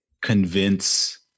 convince